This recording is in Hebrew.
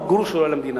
גרוש זה לא עולה למדינה.